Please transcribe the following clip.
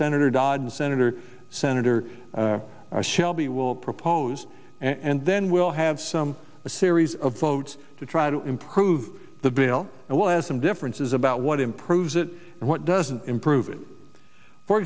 senator dodd senator senator shelby will propose and then we'll have some a series of votes to try to improve the bill and well as some differences about what improves it and what doesn't improve it for